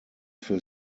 für